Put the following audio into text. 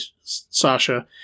Sasha